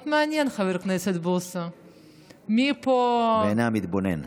מאוד מעניין, חבר הכנסת בוסו, בעיני המתבונן.